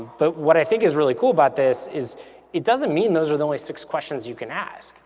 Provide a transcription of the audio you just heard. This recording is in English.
but what i think is really cool about this is it doesn't mean those are the only six questions you can ask.